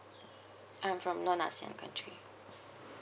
I'm from non asean country